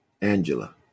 Angela